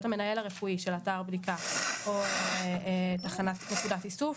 המנהל הרפואי של אתר בדיקה או נקודת איסוף,